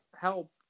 help